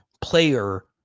player